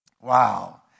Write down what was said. Wow